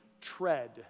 tread